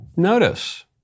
Notice